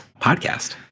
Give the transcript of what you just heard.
podcast